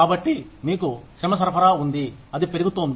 కాబట్టి మీకు శ్రమ సరఫరా ఉంది అది పెరుగుతోంది